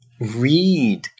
read